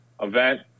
event